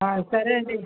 సరే అండి